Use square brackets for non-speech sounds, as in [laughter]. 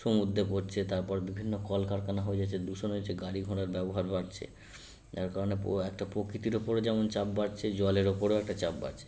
সমুদ্রে পড়ছে তারপর বিভিন্ন কল কারখানা হয়ে যাচ্ছে দূষণ হচ্ছে গাড়িঘোড়ার ব্যবহার বাড়ছে এর কারণে [unintelligible] একটা প্রকৃতির উপরেও যেমন চাপ বাড়ছে জলের উপরেও একটা চাপ বাড়ছে